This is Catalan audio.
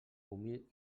humil